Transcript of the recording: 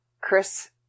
Chris